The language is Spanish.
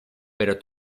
pero